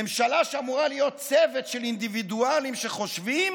ממשלה שאמורה להיות צוות של אינדיבידואלים שחושבים